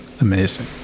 amazing